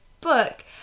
book